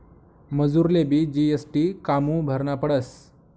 मजुरलेबी जी.एस.टी कामु भरना पडस?